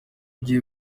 ugiye